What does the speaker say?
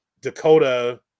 Dakota